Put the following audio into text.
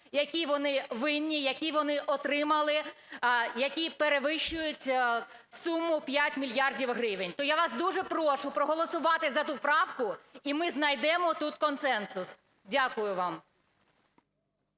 які вони винні, які вони отримали, які перевищують суму 5 мільярдів гривень. То я вас дуже прошу проголосувати за ту правку, і ми знайдемо тут консенсус. Дякую вам.